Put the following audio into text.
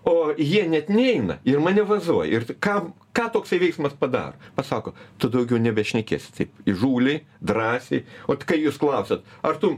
o jie net neina ir mane vazoj ir kam ką toksai veiksmas padaro pasako tu daugiau nebešnekėsi taip įžūliai drąsiai ot kai jūs klausiat ar tu